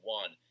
one